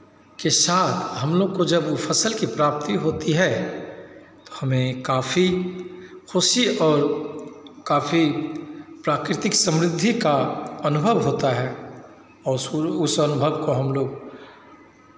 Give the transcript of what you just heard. के साथ हमलोग को जब फसल की प्राप्ति होती है तो हमें काफी खुशी और काफी प्राकृतिक समृद्धि का अनुभव होता है और उस उस अनुभव को हमलोग